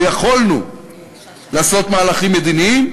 ויכולנו לעשות מהלכים מדיניים,